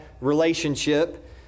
relationship